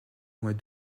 mois